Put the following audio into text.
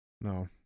No